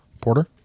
porter